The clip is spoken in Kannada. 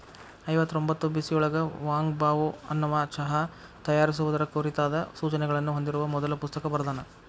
ಐವತ್ತರೊಂಭತ್ತು ಬಿಸಿಯೊಳಗ ವಾಂಗ್ ಬಾವೋ ಅನ್ನವಾ ಚಹಾ ತಯಾರಿಸುವುದರ ಕುರಿತಾದ ಸೂಚನೆಗಳನ್ನ ಹೊಂದಿರುವ ಮೊದಲ ಪುಸ್ತಕ ಬರ್ದಾನ